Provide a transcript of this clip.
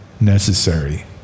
necessary